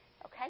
Okay